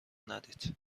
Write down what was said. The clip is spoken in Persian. ندید